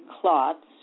clots